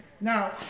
Now